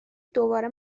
دوباره